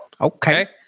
Okay